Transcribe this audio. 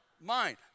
mind